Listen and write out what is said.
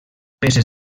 peces